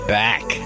back